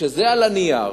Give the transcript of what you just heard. כשזה על הנייר,